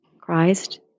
Christ